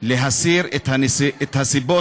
להסיר את הסיבות,